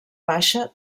baixa